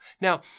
Now